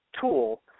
tool